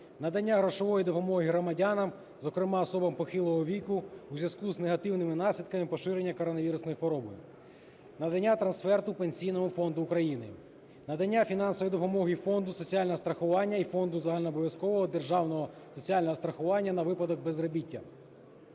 надання грошової допомоги громадянам, зокрема, особам похилого віку у зв'язку із негативними наслідками поширення коронавірусної хвороби; надання трансферту Пенсійному фонду України; надання фінансової допомоги Фонду соціального страхування і Фонду загальнообов'язкового державного соціального страхування на випадок безробіття;